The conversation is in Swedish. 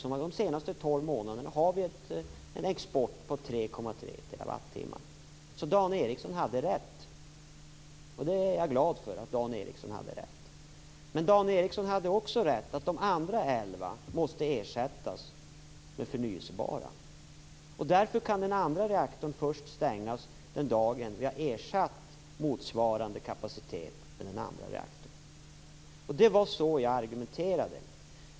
Under de senaste 12 månaderna har exporten varit 3,3 TWh. Jag är glad för att Dan Ericsson hade rätt. Dan Ericsson hade också rätt i att de andra elva måste ersättas med förnybar energi. Därför kan den andra reaktorn stängas först när motsvarande kapacitet har ersatts. Det var så jag argumenterade.